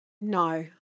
no